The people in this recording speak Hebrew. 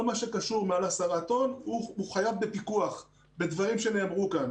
כל מה שמעל 10 טון הוא חייב בפיקוח בדברים שנאמרו כאן,